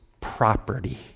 property